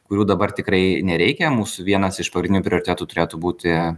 kurių dabar tikrai nereikia mūsų vienas iš pagrindinių prioritetų turėtų būti